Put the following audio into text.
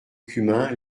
cumin